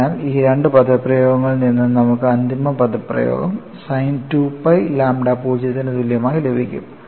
അതിനാൽ ഈ രണ്ട് പദപ്രയോഗങ്ങളിൽ നിന്നും നമുക്ക് അന്തിമ പദപ്രയോഗം സൈൻ 2 പൈ ലാംഡ 0 ന് തുല്യമായി ലഭിക്കും